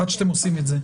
עד שאתם עושים את זה.